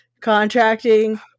contracting